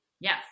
Yes